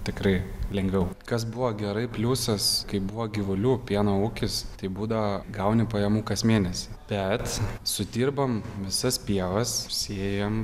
tikrai lengviau kas buvo gerai pliusas kai buvo gyvulių pieno ūkis tai būdavo gauni pajamų kas mėnesį bet sudirbam visas pievas užsėjam